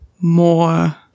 more